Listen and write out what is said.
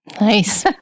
nice